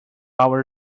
our